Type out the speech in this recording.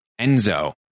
Enzo